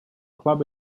club